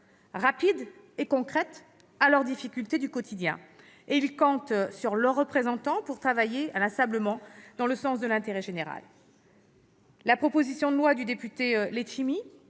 rapides et concrètes, face à leurs difficultés du quotidien, et ils comptent sur leurs représentants pour travailler, inlassablement, dans le sens de l'intérêt général. La proposition de loi du député Serge